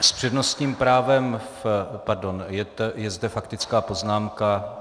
S přednostním právem, pardon je zde faktická poznámka.